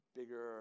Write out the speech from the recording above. Bigger